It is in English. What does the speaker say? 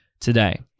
today